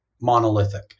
monolithic